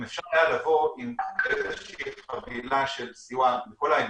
אם אפשר היה לבוא עם חבילה של סיוע מכל ההיבטים,